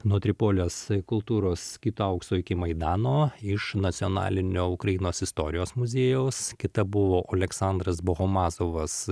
nuo tripolės kultūros skitų aukso iki maidano iš nacionalinio ukrainos istorijos muziejaus kita buvo oleksandras bohomazovas